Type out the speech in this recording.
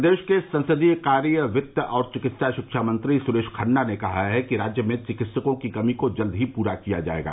प्रदेश के संसदीय कार्य वित्त और चिकित्सा शिक्षा मंत्री सुरेश खन्ना ने कहा है कि राज्य में चिकित्सकों की कमी को जल्द ही पूरा किया जायेगा